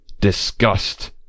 Disgust